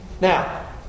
Now